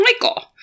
Michael